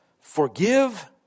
forgive